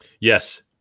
Yes